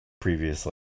previously